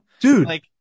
Dude